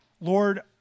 Lord